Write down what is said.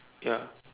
ya